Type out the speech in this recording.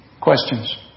questions